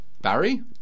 barry